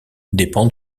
dépend